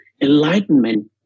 enlightenment